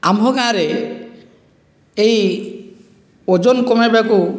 ଆମ୍ଭ ଗାଁରେ ଏହି ଓଜନ କମାଇବାକୁ